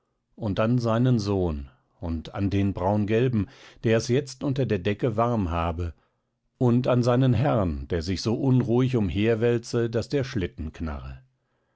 und an seinen sohn und an den braungelben der es jetzt unter der decke warm habe und an seinen herrn der sich so unruhig umherwälze daß der schlitten knarre